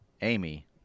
Amy